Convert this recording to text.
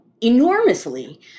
enormously